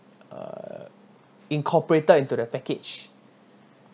uh incorporated into the package